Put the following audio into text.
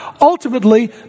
Ultimately